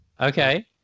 Okay